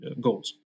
goals